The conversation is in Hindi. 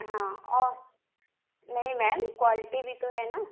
हाँ और नहीं मैम क्वाल्टी भी तो है ना